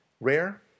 Rare